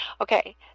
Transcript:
okay